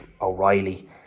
O'Reilly